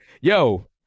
yo